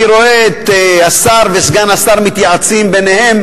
אני רואה את השר וסגן השר מתייעצים ביניהם